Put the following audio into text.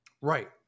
Right